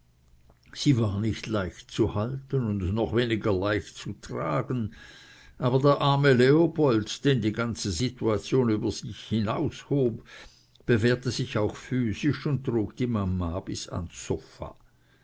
sie war nicht leicht zu halten und noch weniger leicht zu tragen aber der arme leopold den die ganze situation über sich selbst hinaushob bewährte sich auch physisch und trug die mama bis ans sofa